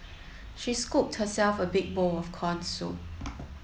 she scooped herself a big bowl of corn soup